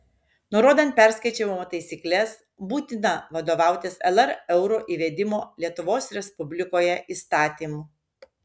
nurodant perskaičiavimo taisykles būtina vadovautis lr euro įvedimo lietuvos respublikoje įstatymu